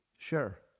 Sure